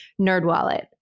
NerdWallet